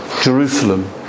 Jerusalem